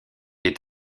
est